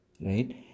right